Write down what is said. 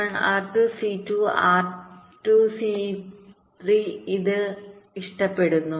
R C1 R2 C2 R2 C3 ഇത് ഇഷ്ടപ്പെടുന്നു